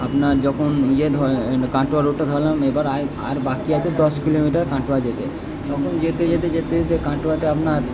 আপনার যখন হয় কাটোয়া রোডটা ধরলাম এবার আয় আর বাকি আছে দশ কিলোমিটার কাটোয়া যেতে তখন যেতে যেতে যেতে যেতে কাটোয়াতে আমার